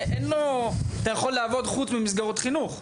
הוא יכול לעבוד חוץ מאשר במסגרות חינוך.